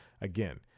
Again